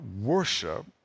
worship